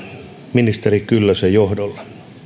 ministeri kyllösen johdolla